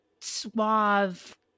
suave